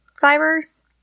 Fibers